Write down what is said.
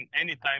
anytime